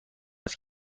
است